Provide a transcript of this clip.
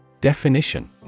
Definition